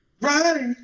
Right